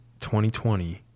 2020